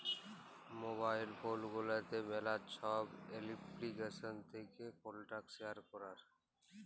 mobile phone গুলাতে ম্যালা ছব এপ্লিকেশল থ্যাকে কল্টাক্ট শেয়ার ক্যরার